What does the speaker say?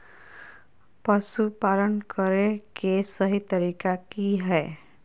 पशुपालन करें के सही तरीका की हय?